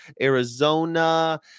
Arizona